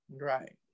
right